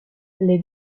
les